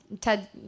Ted